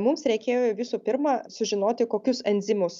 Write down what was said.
mums reikėjo visų pirma sužinoti kokius enzimus